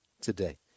today